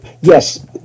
yes